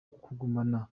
kugumana